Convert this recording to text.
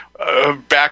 Back